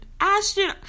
Ashton